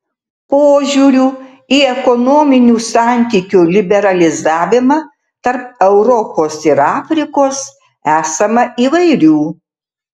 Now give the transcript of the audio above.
požiūrių į ekonominių santykių liberalizavimą tarp europos ir afrikos esama įvairių